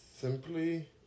simply